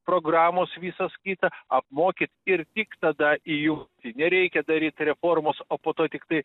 programos visos kitą apmokyti ir tik tada įjungti nereikia daryt reformos o po to tiktai